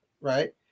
right